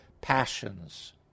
passions